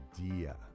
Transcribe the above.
idea